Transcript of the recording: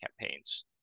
campaigns